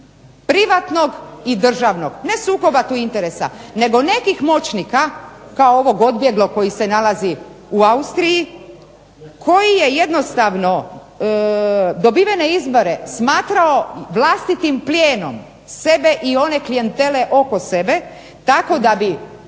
privatnog i državnog, ne sukoba tu interesa, nego nekih moćnika kao ovog odbjeglog koji se nalazi u Austriji, koji je jednostavno dobivene izbore smatrao vlastitim plijenom sebe i one klijentele oko sebe tako da bi